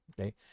Okay